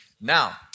Now